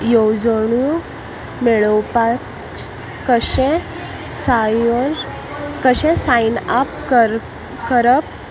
येवजण मेळोवपाक कशें सायो कशें सायन अप करप